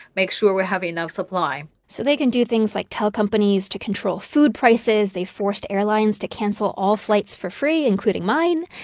make sure we're having enough supply so they can do things like tell companies to control food prices. they forced airlines to cancel all flights for free, including mine.